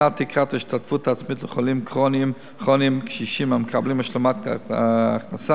הקטנת תקרת ההשתתפות העצמית לחולים כרוניים קשישים המקבלים השלמת הכנסה,